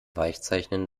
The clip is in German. weichzeichnen